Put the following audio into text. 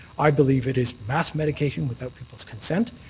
i believe it is mass medication without people's concept.